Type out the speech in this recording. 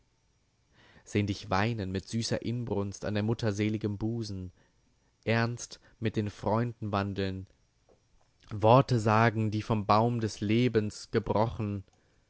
sehn dich weinen mit süßer inbrunst an der mutter seligem busen ernst mit den freunden wandeln worte sagen wie vom baum des lebens gebrochen